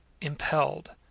impelled